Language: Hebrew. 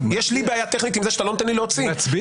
יש לי בעיה טכנית עם זה שאתה לא נותן לי להוציא מילה.